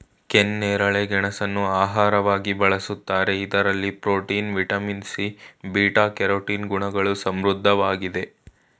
ಕೆನ್ನೇರಳೆ ಗೆಣಸನ್ನು ಆಹಾರವಾಗಿ ಬಳ್ಸತ್ತರೆ ಇದರಲ್ಲಿ protein, vitamin C, beta carotene ಗುಣಗಳು ಸಮೃದ್ಧವಾಗಿದೆ